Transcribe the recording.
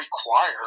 require